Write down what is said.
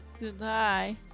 Goodbye